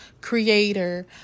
creator